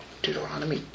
Deuteronomy